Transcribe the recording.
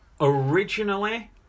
Originally